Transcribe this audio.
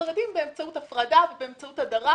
החרדים באמצעות הפרדה ובאמצעות הדרה.